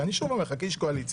ואני שוב אומר לך: כאיש קואליציה,